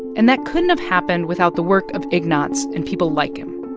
and that couldn't have happened without the work of ignaz and people like him.